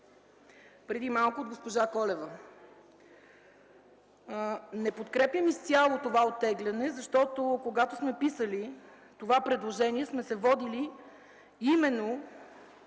преди малко от госпожа Колева. Не подкрепям изцяло това оттегляне, защото, когато писахме това предложение, сме се водили именно